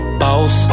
boss